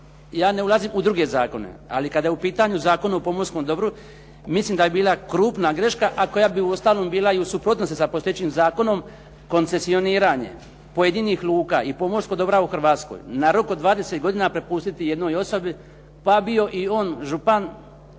Ja ne ulazim u druge zakone, ali kada je u pitanju Zakon o pomorskom dobru, mislim da bi bila krupna greška, a koja bi uostalom bila i u suprotnosti sa postojećim zakonom koncesioniranje pojedinih luka i pomorskog dobra u Hrvatskoj na rok od 20 godina prepustiti jednoj osobi pa bio i on župan